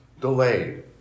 delayed